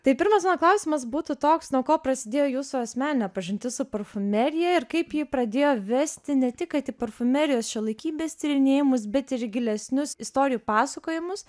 tai pirmas mano klausimas būtų toks nuo ko prasidėjo jūsų asmeninė pažintis su parfumerija ir kaip ji pradėjo vesti ne tik kad į parfumerijos šiuolaikybės tyrinėjimus bet ir gilesnius istorijų pasakojimus